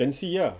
can see ah